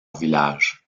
village